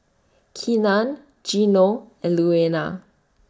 Keenan Gino and Louanna